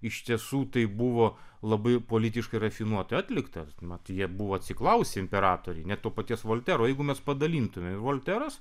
iš tiesų tai buvo labai politiškai rafinuotai atliktas mat jie buvo atsiklausę imperatoriai net to paties voltero jeigu mes padalintumėm ir volteras